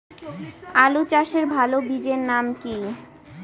আলু চাষের ভালো বীজের নাম কি?